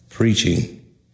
Preaching